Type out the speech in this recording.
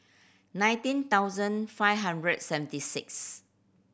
nineteen thousand five hundred seventy six